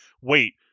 wait